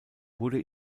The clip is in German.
wurde